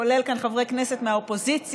כולל כאן חברי כנסת מהאופוזיציה,